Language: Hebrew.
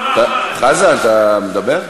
חזן, אתה מדבר?